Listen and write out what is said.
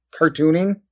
cartooning